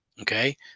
Okay